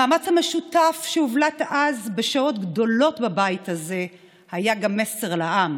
המאמץ המשותף שהובלט אז בשעות גדולות בבית הזה היה גם מסר לעם.